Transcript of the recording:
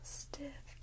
stiff